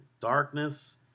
darkness